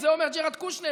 את זה אומר ג'ארד קושנר,